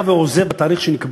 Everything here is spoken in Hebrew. הוא עוזב את הארץ בתאריך שנקבע,